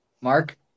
Mark